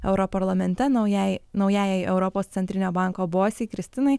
europarlamente naujai naujajai europos centrinio banko buvusiai kristinai